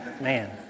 Man